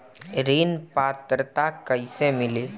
ऋण पात्रता कइसे मिली?